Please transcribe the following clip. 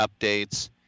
updates